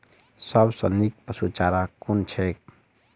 सबसँ नीक पशुचारा कुन छैक?